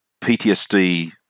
PTSD